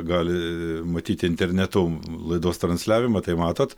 gali matyti internetu laidos transliavimą tai matot